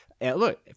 Look